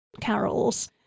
carols